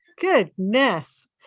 goodness